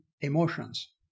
emotions